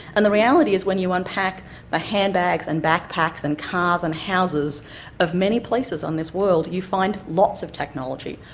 and the reality is when you unpack the handbags and backpacks and cars and houses of many places on this world, you find lots of technology,